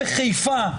בחיפה,